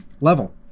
level